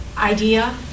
idea